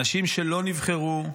אנשים שלא נבחרו,